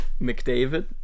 McDavid